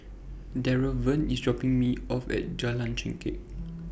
Draven IS dropping Me off At Jalan Chengkek